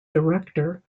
director